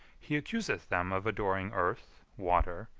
he accuseth them of adoring earth, water,